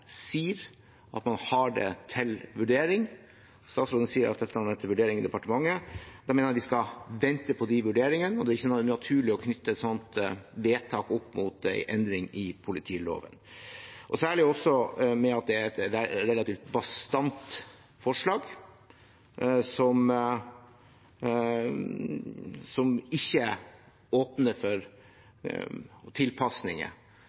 man har det til vurdering. Statsråden sier at dette er til vurdering i departementet. Da mener jeg vi skal vente på de vurderingene, og det er ikke naturlig å knytte et slikt vedtak opp mot en endring i politiloven – særlig i og med at det er et relativt bastant forslag, som ikke åpner for tilpasninger.